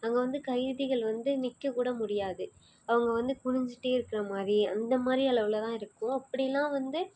அங்கே வந்து கைதிகள் வந்து நிற்கக்கூட முடியாது அவங்க வந்து குனிஞ்சுட்டே இருக்கிற மாதிரி அந்த மாதிரி அளவில் தான் இருக்கும் அப்படிலாம் வந்து